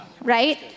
right